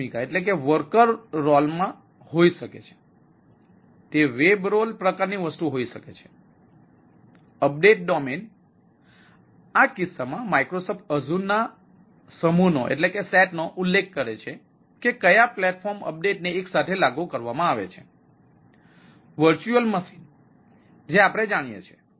ભાડુઆત જે આપણે જાણીએ છીએ